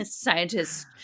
scientists